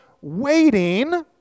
waiting